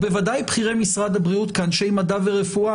בוודאי בכירי משרד הבריאות כאנשי מדע ורפואה